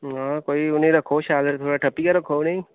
हां कोई उ'नें ई रक्खो शैल करी थोह्ड़ा ठप्पियै रक्खो उ'नें ई